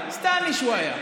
(אומר בערבית: התאזר בסבלנות,